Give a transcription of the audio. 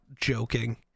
joking